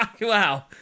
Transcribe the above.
Wow